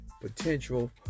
potential